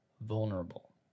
vulnerable